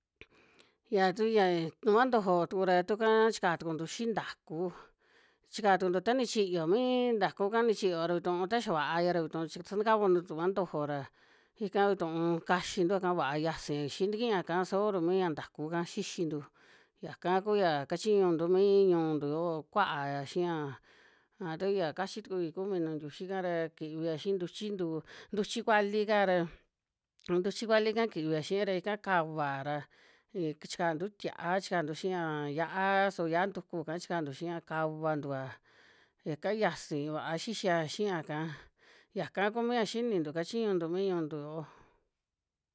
Ya tu ya tuma ntojo tuku ra tukaa chika tukuntu xii ntaku, chika tukuntu ta nichiyo mii ntaku'ka ni chiyo ra vi tuu ta xia vaaya ra, vituu chi satakavantu tuma ntojo ra ika vituu kaxintua'ka vaa yasi xi ntikiaka sabor mi ya ntaku'ka xixintu, yaka kuya kachiñuntu mi ñu'untu yo'o, kuaya xiya, a tuya kachi tukui kuu minu ntiuxi'ka ra kivia xii ntuchi ntúu, ntuchi kuali'ka ra. ntuchi kuali'ka kivia xii ra ika kavaa ra yi chiantu tia'a, chikantu xiia an yia'a, su yia'a ntuku'ka chikantu xia kavantu'a yaka yiasi vaa xixia xia'ka, yaka ku mia xinintu kachiñuntu mi ñu'untu yoo.